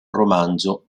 romanzo